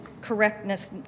correctness